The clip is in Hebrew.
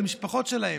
למשפחות שלהם.